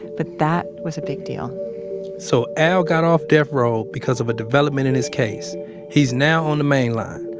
but that was a big deal so al got off death row because of a development in his case he's now on the main line.